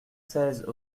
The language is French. seize